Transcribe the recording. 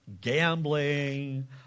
gambling